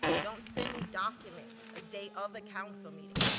don't send me documents a day of the council meeting.